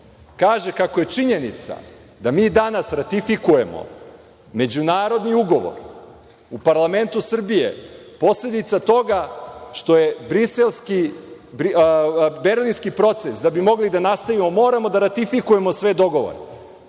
kaže kako je činjenica da mi danas ratifikujemo Međunarodni ugovor u parlamentu Srbije posledica toga što je Berlinski proces, da bi mogli da nastavimo, moramo da ratifikujemo sve dogovore.